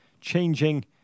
changing